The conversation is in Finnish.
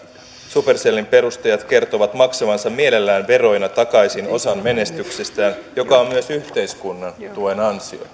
supercellin perustajat kertovat maksavansa mielellään veroina takaisin osan menestyksestään joka on myös yhteiskunnan tuen ansiota